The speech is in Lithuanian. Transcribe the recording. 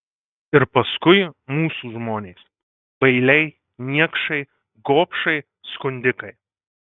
ir paskui mūsų žmonės bailiai niekšai gobšai skundikai